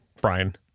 Brian